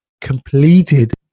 completed